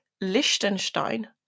Liechtenstein